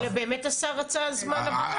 אבל באמת השר רצה זמן עבודה,